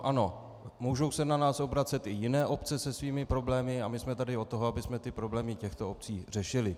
Ano, mohou se na nás obracet i jiné obce se svými problémy a my jsme tady od toho, abychom problémy těchto obcí řešili.